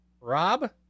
Rob